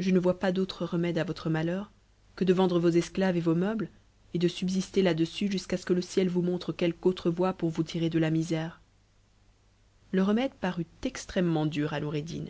je ne vois pas d'autre remède à votre malheur que de vendre vos esclaves et vos meubles et de subsister là-dessus jusqu'à ce que le ciel vous montre quelque autre voie pour vous tirer de la misère e le remède parut extrêmement dur à noureddin